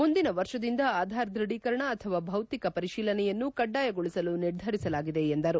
ಮುಂದಿನ ವರ್ಷದಿಂದ ಆಧಾರ್ ದೃಢೀಕರಣ ಅಥವಾ ಭೌತಿಕ ಪರಿಶೀಲನೆಯನ್ನು ಕಡ್ವಾಯಗೊಳಿಸಲು ನಿರ್ಧರಿಸಲಾಗಿದೆ ಎಂದರು